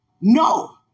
No